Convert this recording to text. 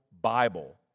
Bible